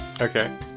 Okay